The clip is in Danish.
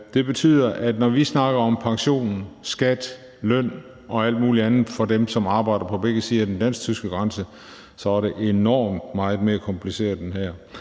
det betyder, at når vi snakker om pension, skat, løn og alt muligt andet for dem, som arbejder på begge sider af den dansk-tyske grænse, så er det enormt meget mere kompliceret end her.